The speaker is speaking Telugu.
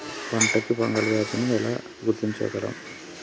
పంట కి ఫంగల్ వ్యాధి ని ఎలా గుర్తించగలం?